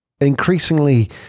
Increasingly